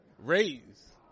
Raise